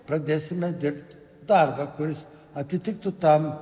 pradėsim dirbti darbą kuris atitiktų tam